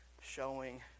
showing